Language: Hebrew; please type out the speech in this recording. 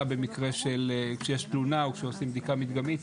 במקרה שיש תאונה או כשעושים בדיקה מדגמית.